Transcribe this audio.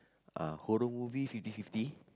ah horror movie fifty fifty